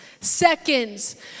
seconds